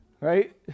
right